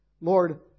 Lord